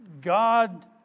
God